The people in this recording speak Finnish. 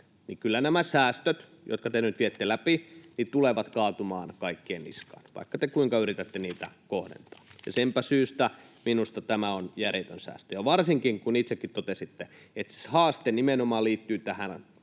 kyllä nämä säästöt, jotka te nyt viette läpi, tulevat kaatumaan kaikkien niskaan, vaikka te kuinka yritätte niitä kohdentaa. Ja senpä syystä minusta tämä on järjetön säästö. Varsinkin, kun itsekin totesitte, että se haaste nimenomaan liittyy tähän